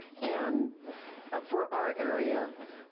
and for our area,